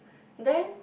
then